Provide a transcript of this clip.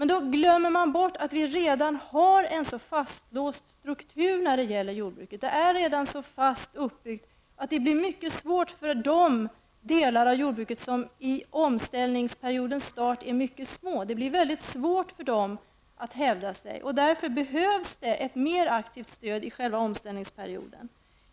Men då glömmer man bort att vi redan har en så fastlåst struktur inom jordbruket. Den är redan så fast uppbyggd att det blir mycket svårt för de delar av jordbruket som i omställningsperiodens start är mycket små. Det är mycket svårt för dem att hävda sig. Det behövs därför ett mer aktivt stöd i själva omställningsperioden.